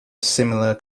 similar